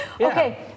Okay